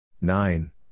nine